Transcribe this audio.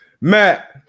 Matt